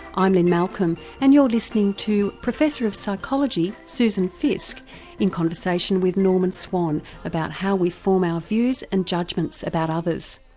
i'm lynne malcolm and you're listening to professor of psychology susan fiske in conversation with norman swan about how we form our views and judgments about others.